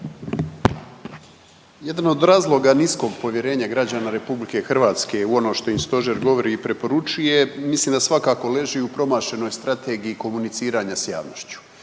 Jedan od razloga niskog povjerenja građana RH u ono što im stožer govori i preporučuje mislim da svakako leži u promašenoj strategiji komuniciranja s javnošću.